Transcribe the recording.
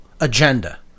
agenda